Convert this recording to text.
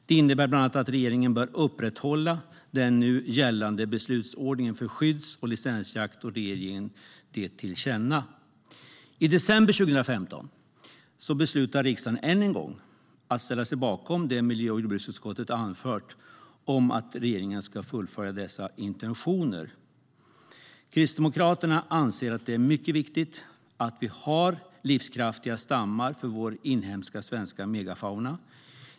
Det innebär bland annat att regeringen bör upprätthålla den nu gällande beslutsordningen för skydds och licensjakt. I december 2015 beslutade riksdagen än en gång att ställa sig bakom det som miljö och jordbruksutskottet anfört om att regeringen ska fullfölja dessa intentioner. Kristdemokraterna anser att det är mycket viktigt att vi har livskraftiga stammar av vår inhemska svenska megafauna.